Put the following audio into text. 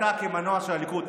אתה כמנוע של הליכוד,